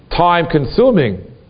time-consuming